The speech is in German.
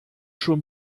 schon